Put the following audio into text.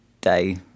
day